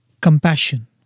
compassion